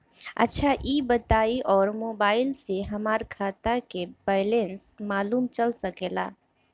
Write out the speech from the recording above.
अच्छा ई बताईं और मोबाइल से हमार खाता के बइलेंस मालूम चल सकेला?